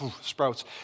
sprouts